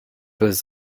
was